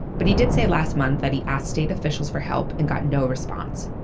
but he did say last month that he asked state officials for help and got no response.